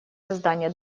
создание